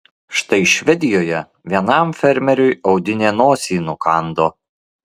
štai švedijoje vienam fermeriui audinė nosį nukando